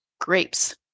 grapes